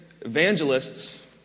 evangelists